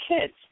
kids